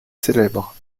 célèbre